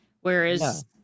whereas